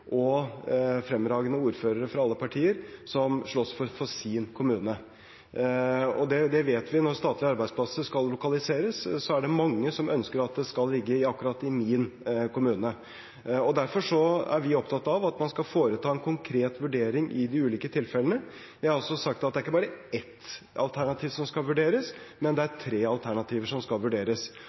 og fremragende ordførere fra alle partier som slåss for sin kommune. Vi vet at når statlige arbeidsplasser skal lokaliseres, er det mange som ønsker at de skal ligge i akkurat sin kommune. Derfor er vi opptatt av at man skal foreta en konkret vurdering i de ulike tilfellene. Jeg har også sagt at det er ikke bare ett alternativ som skal vurderes, men det er tre alternativer som skal vurderes.